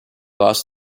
lost